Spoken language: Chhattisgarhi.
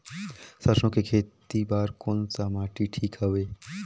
सरसो के खेती बार कोन सा माटी ठीक हवे?